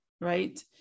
right